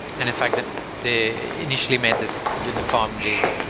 and in fact, they initially made this uniformity.